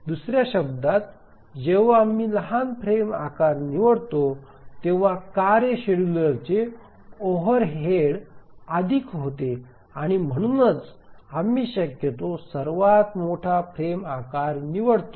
दुसऱ्या शब्दांत जेव्हा आम्ही लहान फ्रेम आकार निवडतो तेव्हा कार्ये शेड्यूलरचे ओव्हरहेड अधिक होते आणि म्हणूनच आम्ही शक्यतो सर्वात मोठा फ्रेम आकार निवडतो